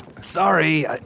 sorry